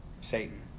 Satan